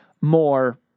more